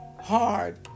hard